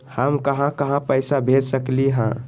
हम कहां कहां पैसा भेज सकली ह?